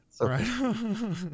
Right